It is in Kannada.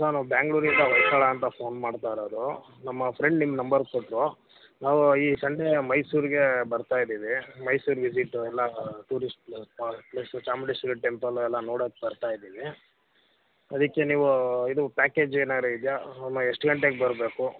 ನಾನು ಬ್ಯಾಂಗ್ಳೂರಿಂದ ಅಂತ ಫೋನ್ ಮಾಡ್ತಾಯಿರೋದು ನಮ್ಮ ಫ್ರೆಂಡ್ ನಿಮ್ಮ ನಂಬರ್ ಕೊಟ್ಟರು ನಾವು ಈ ಸಂಡೇ ಮೈಸೂರಿಗೆ ಬರ್ತಾ ಇದ್ದೀವಿ ಮೈಸೂರು ವಿಸಿಟ್ಟು ಎಲ್ಲ ಟೂರಿಸ್ಟ್ ಪ್ಲೇಸು ಚಾಮುಂಡೇಶ್ವರಿ ಟೆಂಪಲ್ಲು ಎಲ್ಲ ನೋಡೋಕ್ಕೆ ಬರ್ತಾ ಇದ್ದೀವಿ ಅದಕ್ಕೆ ನೀವು ಇದು ಪ್ಯಾಕೇಜ್ ಏನಾರೂ ಇದೆಯಾ ಆಮಾ ಎಷ್ಟು ಗಂಟೆಗೆ ಬರಬೇಕು